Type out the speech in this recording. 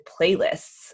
playlists